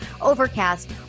Overcast